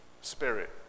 spirit